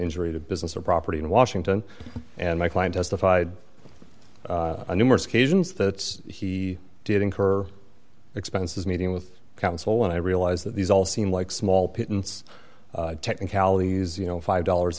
injury to a business or property in washington and my client testified numerous occasions that he did incur expenses meeting with counsel when i realized that these all seem like small pittance technicalities you know five dollars